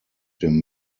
dem